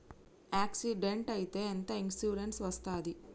Accident అయితే ఎంత insurance వస్తది?